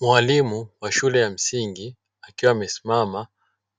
Mwalimu wa shule ya msingi akiwa amesimama